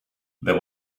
there